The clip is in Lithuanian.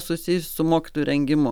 susijusių su mokytojų rengimu